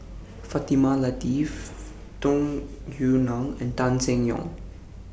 Fatimah Lateef Tung Yue Nang and Tan Seng Yong